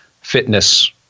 fitness